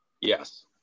Yes